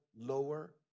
lower